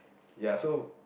ya so